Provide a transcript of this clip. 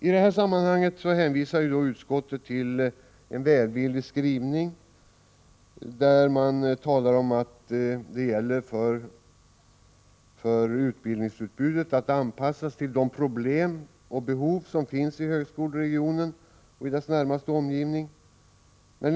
I det sammanhanget hänvisar utskottet i en välvillig skrivning till att utbildningsutbudet bör anpassas till de problem och behov som finns i högskoleregionen och dess närmaste omgivning.